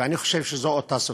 ואני חושב שזו אותה סיטואציה.